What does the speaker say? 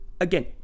Again